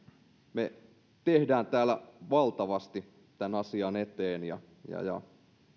me teemme täällä valtavasti tämän asian eteen ja ja